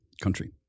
country